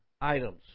items